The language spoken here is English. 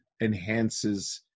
enhances